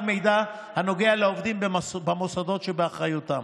מידע הנוגע לעובדים במוסדות שבאחריותם.